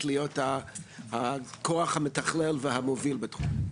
להיות באמת הכוח המתכלל והמוביל בתחום.